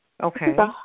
Okay